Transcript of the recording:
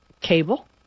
cable